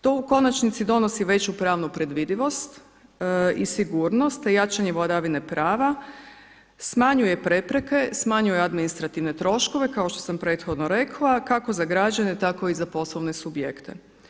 To u konačnici donosi veću pravnu predvidivost i sigurnost, jačanje vladavine prava, smanjuje prepreke, smanjuje administrativne troškove kao što sam prethodno rekla kako za građane tako i za poslovne subjekte.